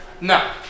No